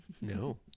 no